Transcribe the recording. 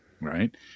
right